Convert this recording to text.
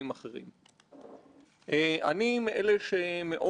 ואני שותף להמלצתו של חברי יואב קיש